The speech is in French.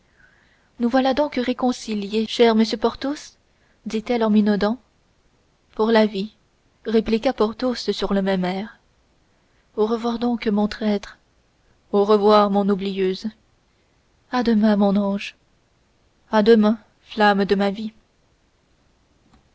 nous sommes donc réconciliés cher monsieur porthos dit-elle en minaudant pour la vie répliqua porthos sur le même air au revoir donc mon traître au revoir mon oublieuse à demain mon ange à demain flamme de ma vie